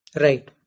Right